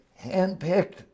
handpicked